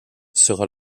sera